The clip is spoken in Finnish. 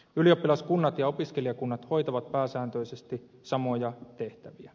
ylioppilaskunnat ja opiskelijakunnat hoitavat pääsääntöisesti samoja tehtäviä